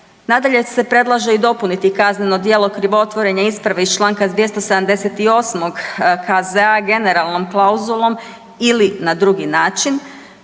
Nadalje se predlaže i dopuniti kazneno djelo krivotvorenja isprave iz čl. 278. KZ-a generalnom klauzulom ili na drugi način,